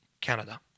Canada